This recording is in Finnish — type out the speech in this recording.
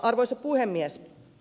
arvoisa puhemies